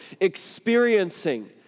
experiencing